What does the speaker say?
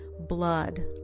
blood